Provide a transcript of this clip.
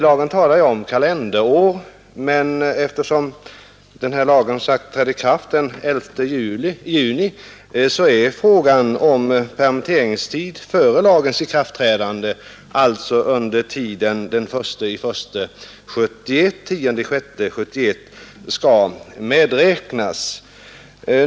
Lagen talar om kalenderår, men eftersom den som sagt trädde i kraft den 11 juni är frågan huruvida permitteringstid före lagens ikraftträdande, alltså under tiden den 1 januari 1971 — den 10 juni 1971, skall medräknas eller inte.